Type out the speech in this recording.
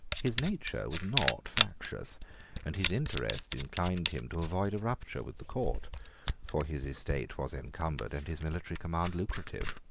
his nature was not factious and his interest inclined him to avoid a rupture with the court for his estate was encumbered, and his military command lucrative.